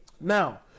Now